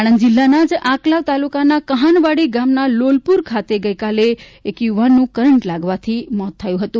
આણંદ જિલ્લાના જ આકલાંવ તાલુકા કહાનવાડી ગામના લોલપુરા ખાતે ગઈકાલે યુવાનનું કરંટ લાગવાથી મોત થયું હતું